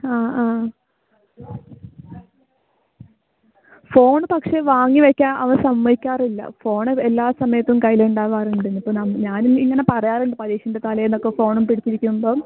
ആ ആ ഫോണ് പക്ഷേ വാങ്ങി വെയ്ക്കാൻ അവൻ സമ്മതിക്കാറില്ല ഫോണ് എല്ലാ സമയത്തും കൈലുണ്ടാവാറുണ്ട് ഇനിയിപ്പം നമ്മൾ ഞാനും ഇങ്ങനെ പറയാറുണ്ട് പരീക്ഷേൻ്റെ തലേന്നൊക്കെ ഫോണും പിടിച്ചിരിക്കുമ്പം